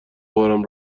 بارم